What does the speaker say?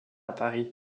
paris